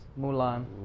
Mulan